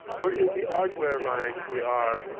we're in the ardware line, we are.